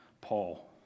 Paul